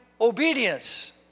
obedience